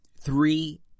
three